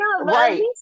right